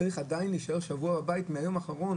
צריך להישאר שבוע בבית מאז היום האחרון